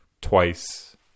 twice